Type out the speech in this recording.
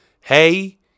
hey